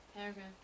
paragraph